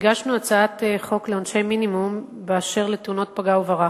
הגשנו הצעת חוק לעונשי מינימום באשר לתאונות פגע וברח.